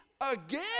again